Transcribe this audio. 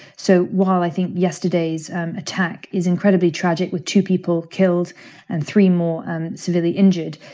so while i think yesterday's attack is incredibly tragic, with two people killed and three more and severely injured,